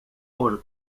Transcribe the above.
может